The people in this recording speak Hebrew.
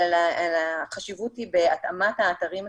אלא החשיבות היא בהתאמת האתרים הציבוריים,